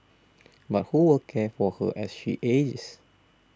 but who will care for her as she ages